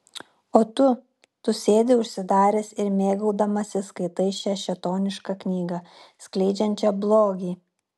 o tu tu sėdi užsidaręs ir mėgaudamasis skaitai šią šėtonišką knygą skleidžiančią blogį